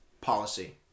policy